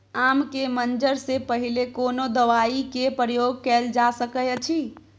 आम के मंजर से पहिले कोनो दवाई के प्रयोग कैल जा सकय अछि?